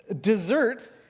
dessert